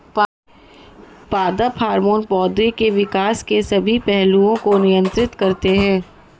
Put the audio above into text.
पादप हार्मोन पौधे के विकास के सभी पहलुओं को नियंत्रित करते हैं